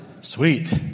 sweet